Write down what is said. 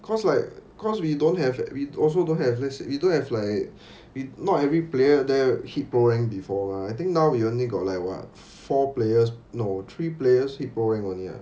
cause like cause we don't have we also don't have this we don't have like not every player there hit pro rank before mah I think now we only got like what four players no three players hit pro rank only eh